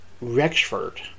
Rexford